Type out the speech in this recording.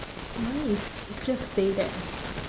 mine is is just stay there